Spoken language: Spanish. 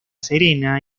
serena